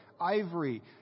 ivory